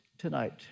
Tonight